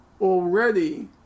already